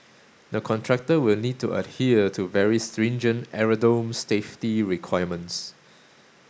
the contractor will need to adhere to very stringent aerodrome safety requirements